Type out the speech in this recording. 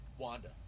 wanda